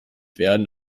werden